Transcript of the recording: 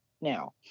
now